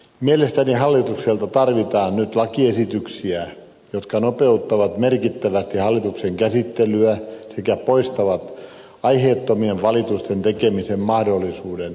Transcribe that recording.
mielestäni hallitukselta tarvitaan nyt lakiesityksiä jotka nopeuttavat merkittävästi valituksen käsittelyä sekä poistavat aiheettomien valitusten tekemisen mahdollisuuden